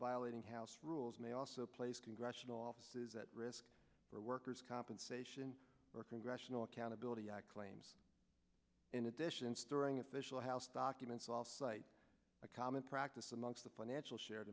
violating house rules may also place congressional offices at risk for workers compensation or congressional accountability claims in addition storing official house documents all cite a common practice amongst the financial shared